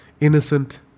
innocent